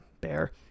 bear